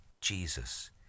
Jesus